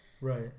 Right